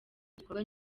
igikorwa